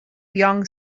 yonge